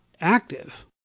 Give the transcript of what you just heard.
active